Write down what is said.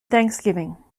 thanksgiving